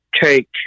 take